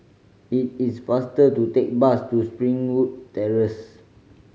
it is faster to take bus to Springwood Terrace